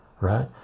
right